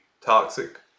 toxic